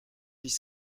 dix